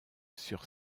sur